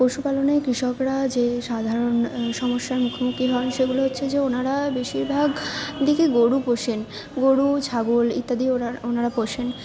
পশুপালনে কৃষকরা যে সাধারণ সমস্যার মুখোমুখি হন সেগুলো হচ্ছে যে ওনারা বেশিরভাগ দিকে গরু পোষেন গরু ছাগল ইত্যাদি ওনারা পোষেন